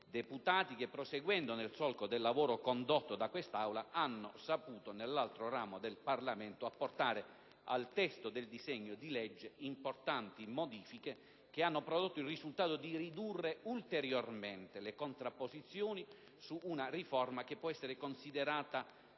deputati che, proseguendo nel solco del lavoro condotto da quest'Aula, nell'altro ramo del Parlamento hanno saputo apportare al testo del disegno di legge importanti modifiche che hanno prodotto il risultato di ridurre ulteriormente le contrapposizioni su una riforma che non può essere considerata